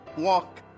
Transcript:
walk